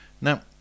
Now